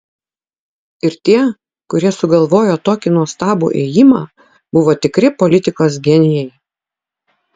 ir tie kurie sugalvojo tokį nuostabų ėjimą buvo tikri politikos genijai